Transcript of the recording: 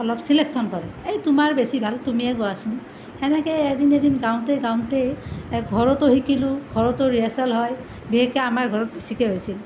অলপ চিলেকশ্যন কৰে এই তোমাৰ বেছি ভাল তুমিয়েই গোৱাচোন সেনেকৈ এদিন এদিন গাওঁতে গাওঁতেই ঘৰতো শিকিলোঁ ঘৰতো ৰিহাৰ্চেল হয় বিশেষকৈ আমাৰ ঘৰত বেছিকৈ হৈছিল